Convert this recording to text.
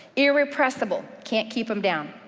irrepressible, can't keep em down,